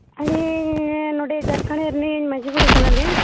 ᱟᱞᱮ ᱱᱚᱸᱰᱮ ᱡᱷᱟᱨᱠᱷᱚᱸᱰ ᱨᱤᱱᱤᱡ ᱢᱺᱡᱷᱤ ᱵᱩᱰᱦᱤ ᱠᱟᱱᱟᱞᱤᱧ